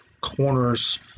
corners